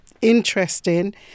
interesting